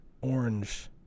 Orange